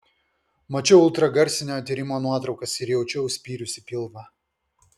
mačiau ultragarsinio tyrimo nuotraukas ir jaučiau spyrius į pilvą